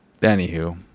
Anywho